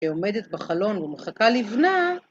‫שעומדת בחלון ומחכה לבנה.